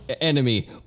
enemy